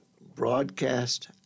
broadcast